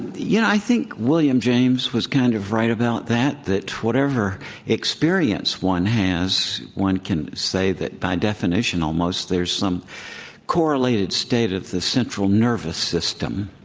yeah, i think william james was kind of right about that, that whatever experience one has one can say that by definition almost there's some correlated state of the central nervous system.